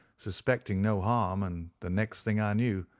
suspecting no harm, and the next thing i knew,